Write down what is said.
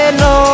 no